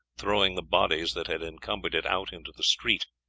throwing the bodies that had encumbered it out into the street.